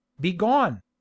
Begone